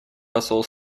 посол